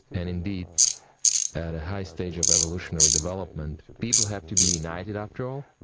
and indeed at a high stage of evolutionary development, people have to be united after all.